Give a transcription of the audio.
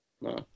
No